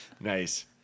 Nice